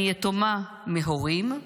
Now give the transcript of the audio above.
אני יתומה מהורים,